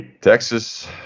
Texas